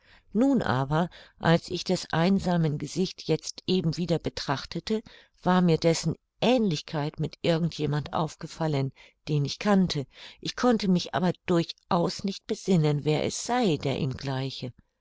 nun aber als ich des einsamen gesicht jetzt eben wieder betrachtete war mir dessen aehnlichkeit mit irgend jemand aufgefallen den ich kannte ich konnte mich aber durchaus nicht besinnen wer es sei der ihm gleiche